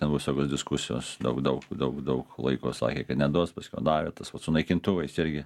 ten visokios diskusijos daug daug daug daug laiko sakė neduos paskiau davė tas vat su naikintuvais irgi